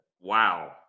Wow